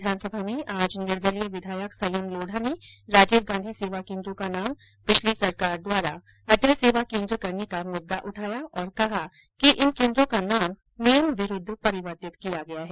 विधानसभा में आज निर्दलीय विधायक संयम लोढा ने राजीव गांधी सेवा केन्द्रों का नाम पिछली सरकार द्वारा अटल सेवा केन्द्र करने का मुददा उठाया और कहा कि इन केन्द्रों का नाम नियम विरूद्व परिवर्तित किया गया है